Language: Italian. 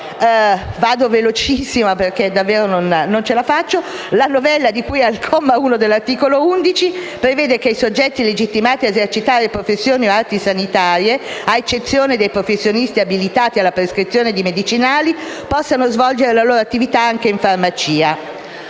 stati istituiti dalle Regioni). La novella di cui al comma 1 dell'articolo 11 prevede che i soggetti legittimati ad esercitare professioni o arti sanitarie, ad eccezione dei professionisti abilitati alla prescrizione di medicinali, possano svolgere la loro attività anche in farmacia